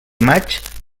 maig